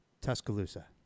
Tuscaloosa